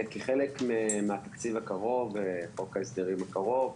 כחלק מהתקציב הקרוב, חוק ההסדרים הקרוב,